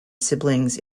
siblings